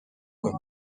کنید